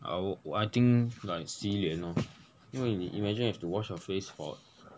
I would I think like 洗脸 lor 因为你 imagine have to wash your face for